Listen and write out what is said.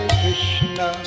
Krishna